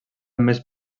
més